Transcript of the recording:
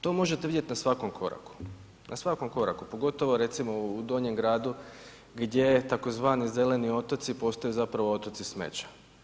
To možete vidjeti na svakom koraku, na svakom koraku pogotovo u Donjem gradu gdje je tzv. zeleni otoci postaju zapravo otoci smeća.